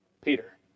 Peter